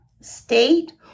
State